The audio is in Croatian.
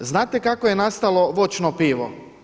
Znate kako je nastalo voćno pivo?